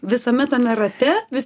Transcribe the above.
visame tame rate vis